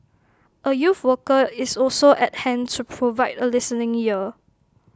A youth worker is also at hand to provide A listening ear